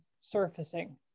surfacing